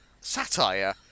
satire